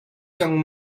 cang